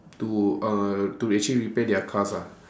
to uh to actually repair their cars ah